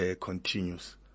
continues